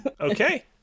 Okay